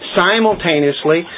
simultaneously